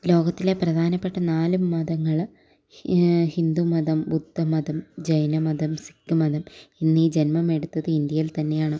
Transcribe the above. ലോകത്തിലെ പ്രധാനപ്പെട്ട നാലും മതങ്ങൾ ഹിന്ദുമതം ബുദ്ധ മതം ജൈന മതം സിക്ക് മതം എന്നിവ ജന്മം എടുത്തത് ഇന്ത്യയിൽ തന്നെയാണ്